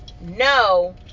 No